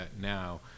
now